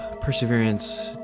Perseverance